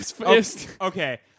Okay